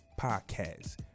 podcast